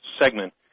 segment